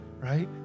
Right